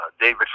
David